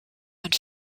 and